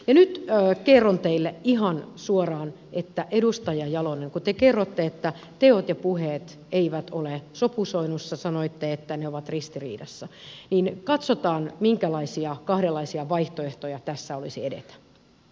nyt kerron teille ihan suoraan edustaja jalonen kun te kerrotte että teot ja puheet eivät ole sopusoinnussa sanoitte että ne ovat ristiriidassa että katsotaan minkälaisia kahdenlaisia vaihtoehtoja tässä olisi edetä